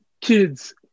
kids